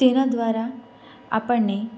તેના દ્વારા આપણને